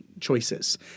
choices